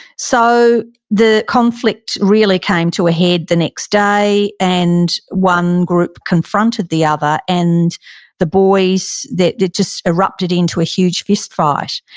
so the conflict really came to a head the next day. and one group confronted the other. and the boys, it just erupted into a huge fist fight,